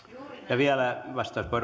vielä